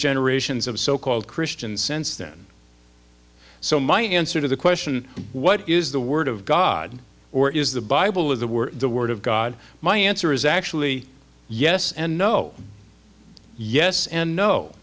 generations of so called christians since then so my answer to the question what is the word of god or is the bible is the word the word of god my answer is actually yes and no yes and no